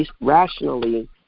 rationally